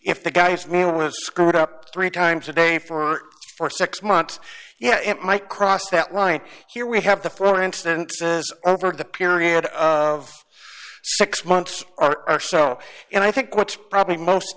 if the guy's name was screwed up three times a day for forty six months yeah it might cross that line here we have the four instances over the period of six months or so and i think what's probably most